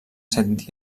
set